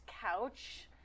couch